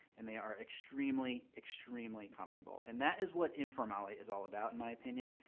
and they are extremely, extremely comfortable. and that is what informale is all about, in my opinion.